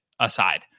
aside